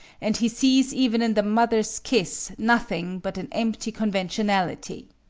and he sees even in the mother's kiss nothing but an empty conventionality.